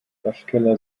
waschkeller